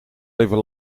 even